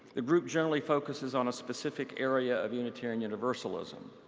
the group generally focuses on a specific area of unitarian universalism.